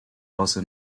also